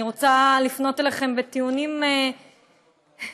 אני רוצה לפנות אליכם בטיעונים הגיוניים,